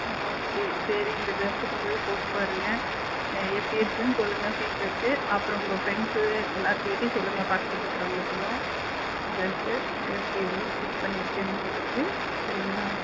okay சரி இந்த டிரெஸ்ஸை கொண்டு போய் போட்டு பாருங்கள் எப்படி இருக்குன்னு சொல்லுங்கள் ஃபீட்பேக்கு அப்புறம் உங்கள் ஃப்ரெண்ட்ஸு எல்லாத்து கிட்டேயும் சொல்லுங்கள் பக்கத்தில் இருக்கிறவங்க கிட்டேயும் டிரெஸ்ஸு எப்படி ஸ்டிச் பண்ணி இருக்கேன்னு சொல்லிவிட்டு சரிங்களா